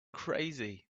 crazy